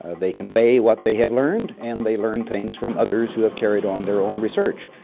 ah they convey what they have learned and they learn things from others who have carried on their own research.